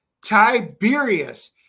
Tiberius